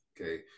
okay